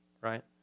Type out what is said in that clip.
right